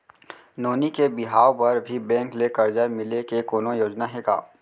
नोनी के बिहाव बर भी बैंक ले करजा मिले के कोनो योजना हे का?